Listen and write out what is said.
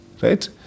Right